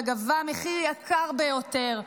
וגבה מחיר יקר ביותר.